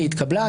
היא התקבלה.